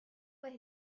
where